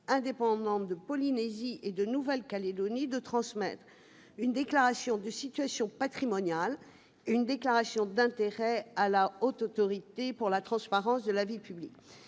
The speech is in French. indépendantes de Polynésie et de Nouvelle-Calédonie, de transmettre une déclaration de situation patrimoniale et une déclaration d'intérêts à la Haute Autorité pour la transparence de la vie publique.